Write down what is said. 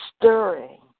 stirring